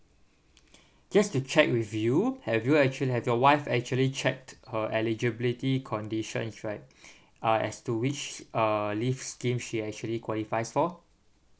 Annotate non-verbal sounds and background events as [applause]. just to check with you have you actually have your wife actually checked her eligibility conditions right [breath] uh as to which uh leave scheme she actually qualifies for